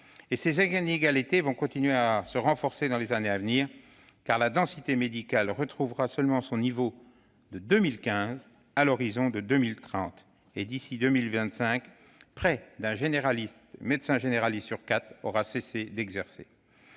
Ces inégalités vont continuer de se renforcer dans les années à venir, car la densité médicale retrouvera son niveau de 2015 seulement à horizon de 2030. D'ici à 2025, près d'un médecin généraliste sur quatre aura cessé d'exercer.